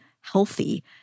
healthy